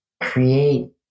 Create